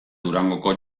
durangoko